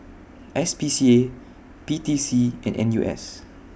S P C A P T C and N U S